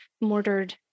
mortared